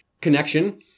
connection